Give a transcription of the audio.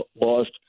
lost